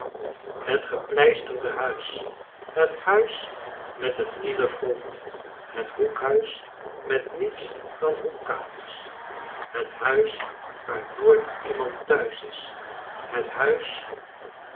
het gepleisterde huis het huis met het nieuwe front het hoekhuis met niets dan hoekkamers het huis waar nooit iemand thuis is het huis